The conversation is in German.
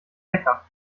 lecker